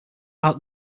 out